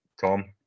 Tom